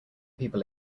people